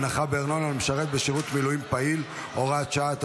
הנחה בארנונה למשרת בשירות מילואים פעיל) (הוראת שעה),